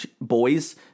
boys